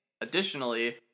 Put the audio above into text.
Additionally